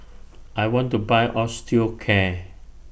I want to Buy Osteocare